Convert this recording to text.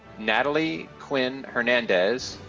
natalie quinn hernandez,